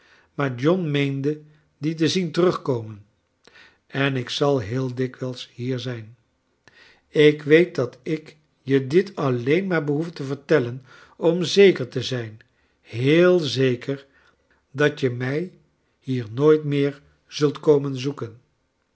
maar john meende dien te zien terugkomen en ik zal heel dikwijls hier zijn ik weet dat ik je dit alleen maar behoef te vertelien om zeker te zijn heel zeker dat je mij hier nooit meer zult komen zoeken